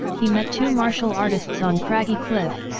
he met two martial artists on craggy cliff.